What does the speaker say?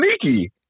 sneaky